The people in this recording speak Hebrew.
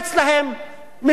או אפילו יותר גרועה,